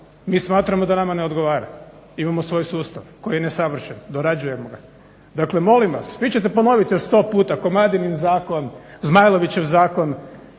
Mi smatramo da nama ne odgovara, imamo svoj sustav koji je nesavršen, dorađujem ga. Dakle, molim vas, vi ćete ponoviti još sto puta Komadinin zakon, Zmajlovićev zakon.